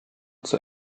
zur